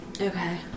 Okay